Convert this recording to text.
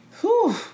Whew